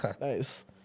nice